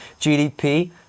GDP